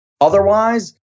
Otherwise